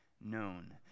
known